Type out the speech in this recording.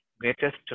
Greatest